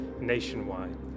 nationwide